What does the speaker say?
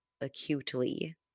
acutely